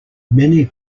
many